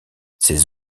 ces